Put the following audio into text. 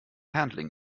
handling